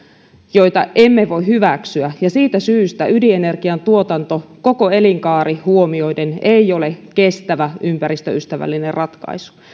joita emme voi hyväksyä ja siitä syystä ydin energian tuotanto koko elinkaari huomioiden ei ole kestävä ympäristöystävällinen ratkaisu